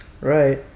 right